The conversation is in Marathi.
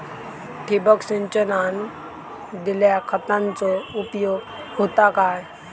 ठिबक सिंचनान दिल्या खतांचो उपयोग होता काय?